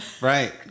Right